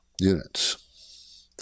units